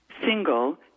single